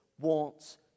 wants